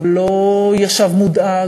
הוא לא ישב מודאג,